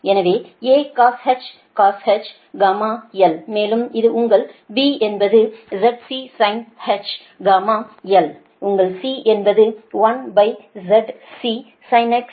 எனவே A cosh γl மேலும் இது உங்கள் B என்பது ZCsinh γl உங்கள் C என்பது 1ZC sinh γl மற்றும் A D